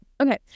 okay